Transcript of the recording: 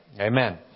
Amen